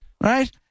right